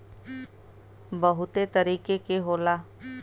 बहुते तरीके के होला